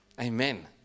Amen